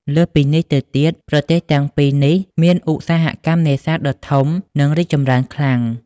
លើសពីនេះទៅទៀត ប្រទេសទាំងពីរនេះមានឧស្សាហកម្មនេសាទដ៏ធំ និងរីកចម្រើនខ្លាំង។